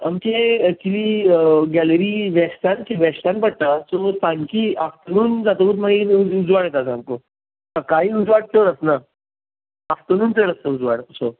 आमची actually gallery वेस्टान ती वेस्टान वेस्टान पडटा सो सांजची सामकी आफ्टर्नून जातगेर मागीर उजवाड येता सामको सकाळीं उजवाड चड आसना आफ्टर्नून चड आसता उजवाड असो